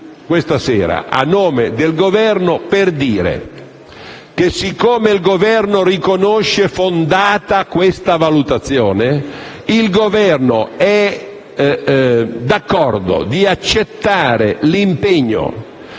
questa sera, a nome del Governo per dire quanto segue. Siccome il Governo riconosce fondata questa valutazione, è d'accordo ad accettare l'impegno,